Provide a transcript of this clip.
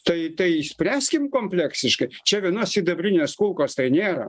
tai tai spręskim kompleksiškai čia vienos sidabrinės kulkos tai nėra